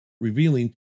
revealing